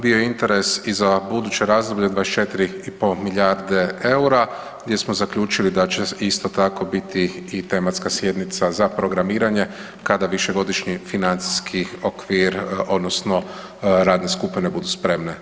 Bio je interes i za buduće razdoblje 24 i pol milijarde EUR-a gdje smo zaključili da će isto tako biti i tematska sjednica za programiranje kada višegodišnji financijski okvir odnosno radne skupine budu spremne.